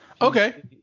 Okay